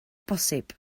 posib